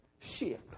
ship